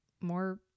more